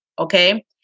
Okay